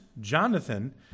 Jonathan